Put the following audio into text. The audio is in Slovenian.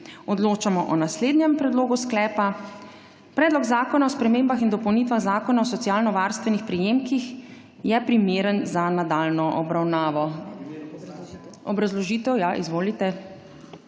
Odločamo o naslednjem predlogu sklepa: Predlog zakona o spremembah in dopolnitvah Zakona o socialno varstvenih prejemkih je primeren za nadaljnjo obravnavo. Obrazložitev. Izvolite.